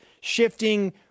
shifting